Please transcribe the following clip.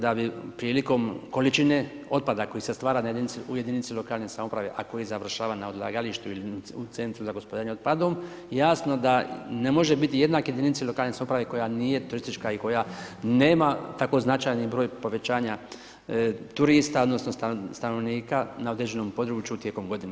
Da bi prilikom količine otpada, koji se stvara u jedinice lokalne samouprave, a koji završava na odlagalištu ili centru za gospodarenju otpadu, jasno da ne može biti jednake jedinice lokalne samouprave, koja nije turistička i koja nema tako značajni broj povećanja turista, odnosno, stanovnika na određenom području tijekom godine.